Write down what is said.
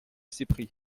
cepri